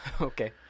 Okay